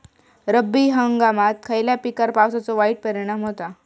रब्बी हंगामात खयल्या पिकार पावसाचो वाईट परिणाम होता?